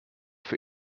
für